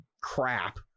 crap